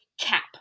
cap